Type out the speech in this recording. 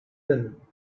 din